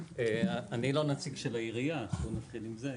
אני לא נציג של העירייה, נתחיל עם זה.